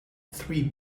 three